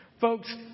Folks